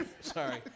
Sorry